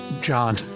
john